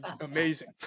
amazing